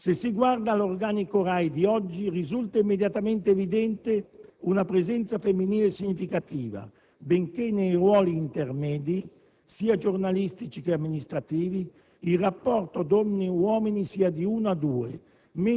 Se si guarda all'organico RAI di oggi risulta immediatamente evidente una presenza femminile significativa, benché nei ruoli intermedi, sia giornalistici che amministrativi, il rapporto donne-uomini sia di uno a due,